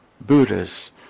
Buddhas